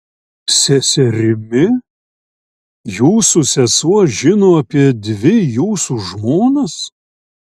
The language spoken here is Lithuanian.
seserimi jūsų sesuo žino apie dvi jūsų žmonas